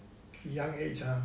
young age ah